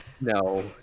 No